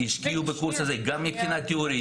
השקיעו בקורס הזה גם מבחינה תיאורטית,